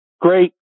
great